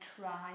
try